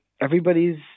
everybody's